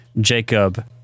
Jacob